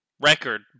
record